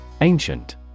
Ancient